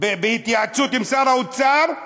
בהתייעצות עם שר האוצר,